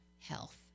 health